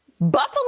Buffalo